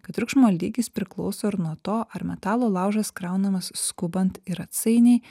kad triukšmo lygis priklauso ir nuo to ar metalo laužas kraunamas skubant ir atsainiai